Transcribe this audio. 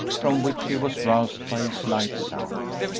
from which he was roused by a slight sound.